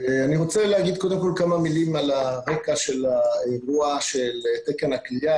אני רוצה להגיד קודם כל כמה מילים על הרקע של האירוע של תקן הכליאה,